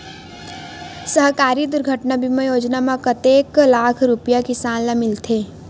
सहकारी दुर्घटना बीमा योजना म कतेक लाख रुपिया किसान ल मिलथे?